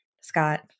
Scott